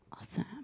Awesome